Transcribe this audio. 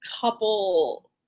couple